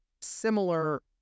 similar